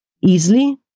easily